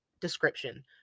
description